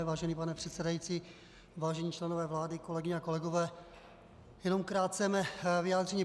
Vážený pane předsedající, vážení členové vlády, kolegyně a kolegové, jenom krátce mé vyjádření.